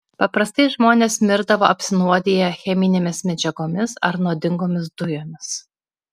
paprastai žmonės mirdavo apsinuodiję cheminėmis medžiagomis ar nuodingomis dujomis